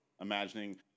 imagining